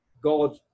God